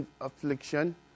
affliction